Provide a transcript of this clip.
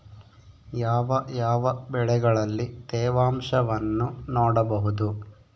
ಯಾವ ಯಾವ ಬೆಳೆಗಳಲ್ಲಿ ತೇವಾಂಶವನ್ನು ನೋಡಬಹುದು?